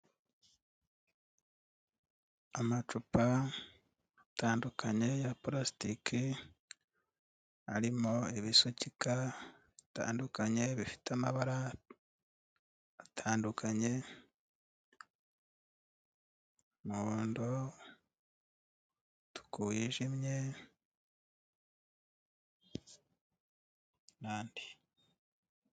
Amacupa atandukanye ya parasitike, arimo ibisukika bitandukanye bifite amabara atandukanye, umuhondo, umutuku wijimye n'andi.